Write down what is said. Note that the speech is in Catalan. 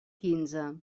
quinze